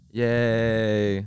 yay